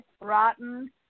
rotten